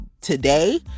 today